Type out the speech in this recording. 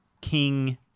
King